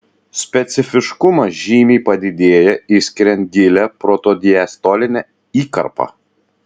specifiškumas žymiai padidėja išskiriant gilią protodiastolinę įkarpą